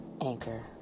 Anchor